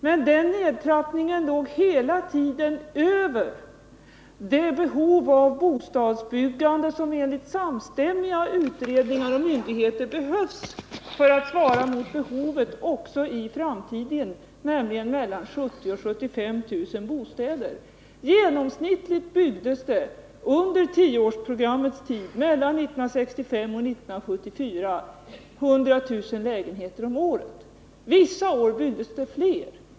Men den nedtrappningen låg hela tiden över den nivå för bostadsbyggandet, som enligt samstämmiga utredningar och myndigheter var nödvändig för att svara mot behovet också i framtiden, nämligen mellan 70 000 och 75 000 bostäder. Genomsnittligt byggdes det under tioårsprogrammets tid mellan 1965 och 1974 100 000 lägenheter om året. Vissa år byggdes det fler.